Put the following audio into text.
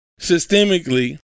systemically